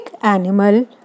animal